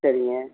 சரிங்க